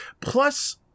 Plus